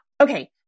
Okay